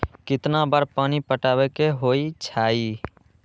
कितना बार पानी पटावे के होई छाई?